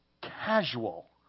casual